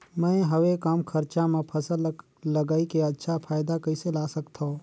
मैं हवे कम खरचा मा फसल ला लगई के अच्छा फायदा कइसे ला सकथव?